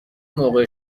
موقع